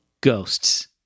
Ghosts